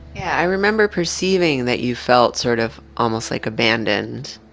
yeah i remember perceiving that you felt sort of almost like abandoned,